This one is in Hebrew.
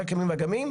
חקר ימים ואגמים,